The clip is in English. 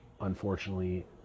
unfortunately